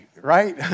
right